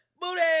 Booty